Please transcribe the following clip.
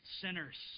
sinners